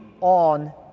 on